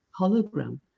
hologram